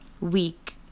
week